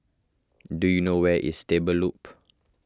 do you know where is Stable Loop